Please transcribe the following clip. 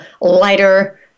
lighter